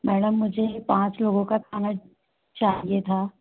madam व मुझे पाँच लोगों का खाना चाहिए था